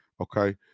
Okay